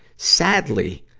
sadly,